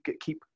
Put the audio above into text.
keep